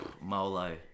Molo